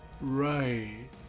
right